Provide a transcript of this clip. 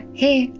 hey